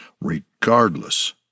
Regardless